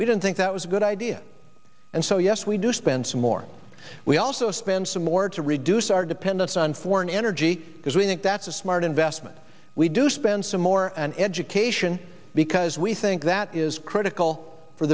we didn't think that was a good idea and so yes we do spend some more we also spend some more to reduce our dependence on foreign energy because we think that's a smart investment we do spend some more and education because we think that is critical for